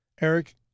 Eric